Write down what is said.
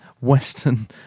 Western